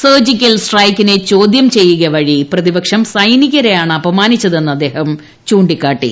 surgical സ്ട്രൈക്കിനെ ചോദ്യം ചെയ്യുക വഴി പ്രതിപക്ഷം സൈനികരെയാണ് അപമാനിച്ചതെന്ന് അദ്ദേഹം ചൂണ്ടിക്കാട്ടി